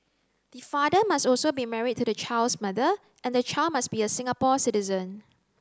the father must also be married to the child's mother and the child must be a Singapore citizen